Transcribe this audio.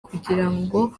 kugirango